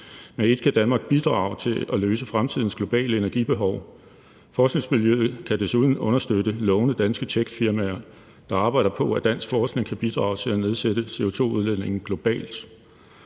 Med et kan Danmark bidrage til at løse fremtidens globale energibehov. Forskningsmiljøet kan desuden understøtte lovende danske techfirmaer, der arbejder på, at dansk forskning kan bidrage til at nedsætte CO2-udledningen globalt.